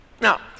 Now